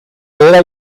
era